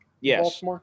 Yes